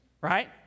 Right